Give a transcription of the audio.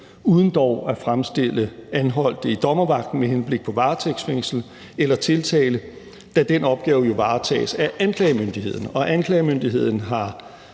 uden dog at fremstille anholdte i dommervagten med henblik på varetægtsfængsling eller tiltale, da den opgave jo varetages af anklagemyndigheden.